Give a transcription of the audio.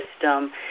system